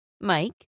Mike